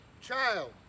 Child